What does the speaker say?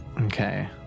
Okay